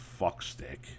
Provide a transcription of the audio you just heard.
fuckstick